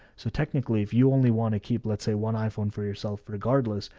so technically if you only want to keep, let's say one iphone for yourself, regardless,